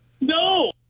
No